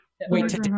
wait